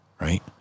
right